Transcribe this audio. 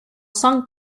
song